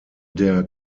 der